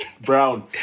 Brown